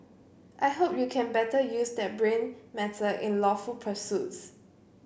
I hope you can better use that brain matter in lawful pursuits